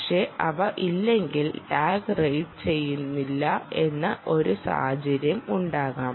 പക്ഷേ അവ ഇല്ലെങ്കിൽ ടാഗ് റീഡ് ചെയ്യുന്നില്ല എന്ന ഒരു സാഹചര്യം ഉണ്ടാകാം